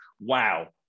wow